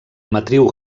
matriu